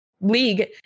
league